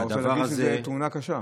אתה רוצה להגיד שזאת תאונה קשה.